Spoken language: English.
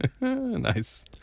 Nice